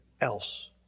else